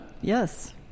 Yes